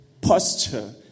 posture